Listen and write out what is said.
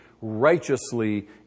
righteously